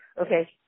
okay